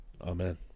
Amen